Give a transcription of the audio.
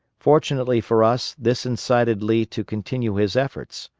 fortunately for us, this incited lee to continue his efforts.